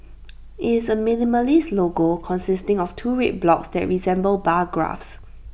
IT is A minimalist logo consisting of two red blocks that resemble bar graphs